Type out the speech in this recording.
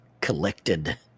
collected